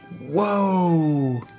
Whoa